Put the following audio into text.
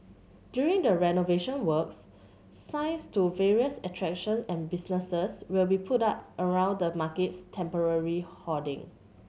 during the renovation works signs to various attraction and businesses will be put up around the market's temporary hoarding